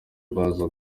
baza